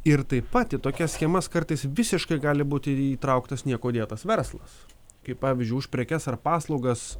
ir tai pat į tokias schemas kartais visiškai gali būti įtrauktas niekuo dėtas verslas kaip pavyzdžiui už prekes ar paslaugas